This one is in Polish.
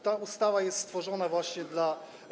Ta ustawa jest stworzona właśnie dla.